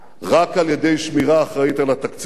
רק על-ידי שמירה אחראית על התקציב.